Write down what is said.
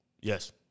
Yes